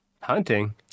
Hunting